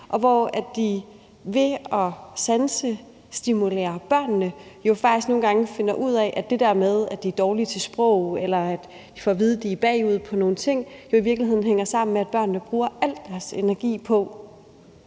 irriterende. Ved at sansestimulere børnene finder de jo faktisk nogle gange ud af, at det der med, at børnene er dårlige til sprog, eller, som de får at vide, at de er bagud i forhold til nogle ting, jo i virkeligheden hænger sammen med, at børnene bruger al deres energi på